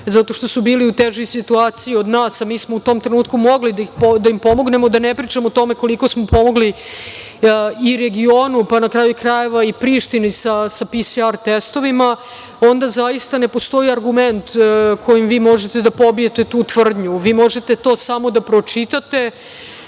zato što su bili u težoj situaciji od nas, a mi smo u tom trenutku mogli da im pomognemo, a da ne pričamo o tome koliko smo pomogli i regionu, pa na kraju krajeva i Prištini sa PSR testovima, onda zaista ne postoji argument kojim vi možete da pobijete tu tvrdnju. Vi to možete samo da pročitate,